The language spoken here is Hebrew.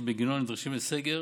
שבגינו נדרשים לסגר,